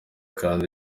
kandi